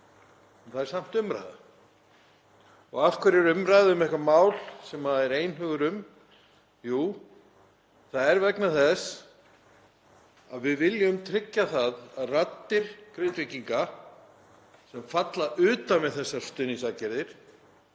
en það er samt umræða. Og af hverju er umræða um eitthvert mál sem er einhugur um? Jú, það er vegna þess að við viljum tryggja að raddir Grindvíkinga sem falla utan við þessar stuðningsaðgerðir